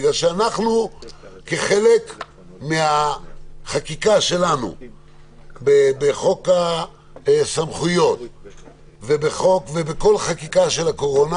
בגלל שאנחנו כחלק מהחקיקה שלנו בחוק הסמכויות ובכל חקיקה של הקורונה,